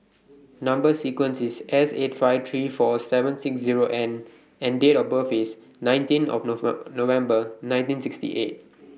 Number sequence IS S eight five three four seven six Zero N and Date of birth IS nineteen November nineteen sixty eight